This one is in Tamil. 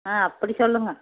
ஆ அப்படி சொல்லுங்கள்